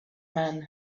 man